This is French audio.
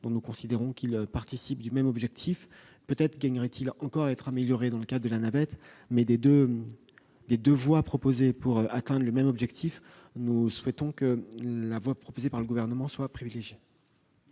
de précision n° II-993 participe du même objectif. Peut-être gagnerait-il encore à être amélioré lors de la navette, mais, parmi les deux voies proposées pour atteindre le même objectif, nous souhaitons que la voie choisie par le Gouvernement soit privilégiée.